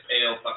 pale